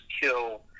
kill